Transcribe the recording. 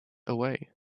away